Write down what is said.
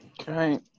Okay